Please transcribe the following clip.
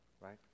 Right